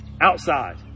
outside